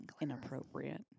inappropriate